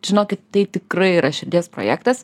žinokit tai tikrai yra širdies projektas